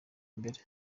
mbere